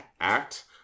act